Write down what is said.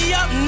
up